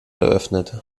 eröffnet